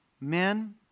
men